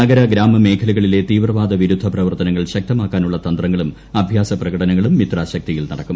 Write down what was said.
നഗര ഗ്രാമ മേഖലകളിലെ തീവ്രവാദ വിരുദ്ധ പ്രവർത്തനങ്ങൾ ശക്തമാക്കാനുള്ള തന്ത്രങ്ങളും അഭ്യാസ പ്രകടനങ്ങളും മിത്രാശക്തിയിൽ നടക്കും